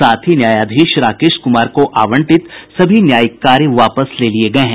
साथ ही न्यायाधीश राकेश कुमार को आवंटित सभी न्यायिक कार्य वापस ले लिये गये हैं